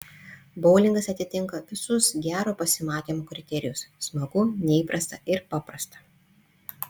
boulingas atitinka visus gero pasimatymo kriterijus smagu neįprasta ir paprasta